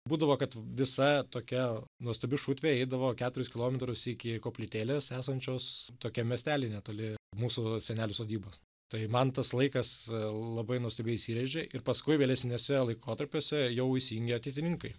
būdavo kad visa tokia nuostabi šutvė eidavo keturis kilometrus iki koplytėlės esančios tokiam miestely netoli mūsų senelių sodybos tai man tas laikas labai nuostabiai įsirėžė ir paskui vėlesniuose laikotarpiuose jau įsijungė ateitininkai